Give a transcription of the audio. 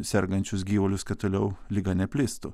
sergančius gyvulius kad toliau liga neplistų